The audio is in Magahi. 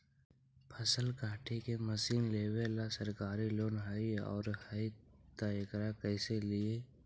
फसल काटे के मशीन लेबेला सरकारी लोन हई और हई त एकरा कैसे लियै?